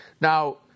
Now